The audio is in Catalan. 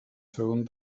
segon